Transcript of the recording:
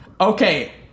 Okay